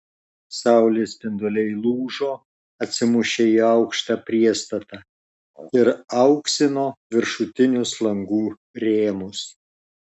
saulės spinduliai lūžo atsimušę į aukštą priestatą ir auksino viršutinius langų rėmus